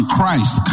Christ